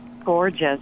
Gorgeous